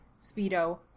speedo